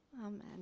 amen